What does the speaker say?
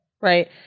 right